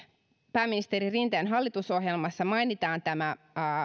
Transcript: pääministeri rinteen hallitusohjelmassa mainitaan tämä